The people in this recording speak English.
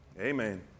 Amen